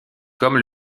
comme